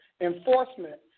enforcement